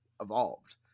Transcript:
evolved